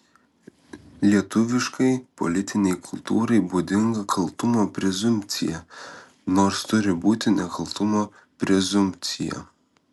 lietuviškai politinei kultūrai būdinga kaltumo prezumpcija nors turi būti nekaltumo prezumpcija